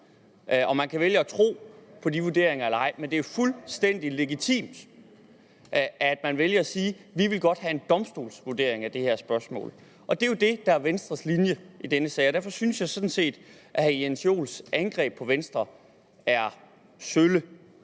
og man kan vælge at tro på de vurderinger eller ej, men det er fuldstændig legitimt, at man vælger at sige: Vi vil godt have en domstolsvurdering af det her spørgsmål. Det er jo det, der er Venstres linje i denne sag, og derfor synes jeg sådan set, at hr. Jens Joels angreb på Venstre er sølle.